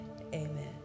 Amen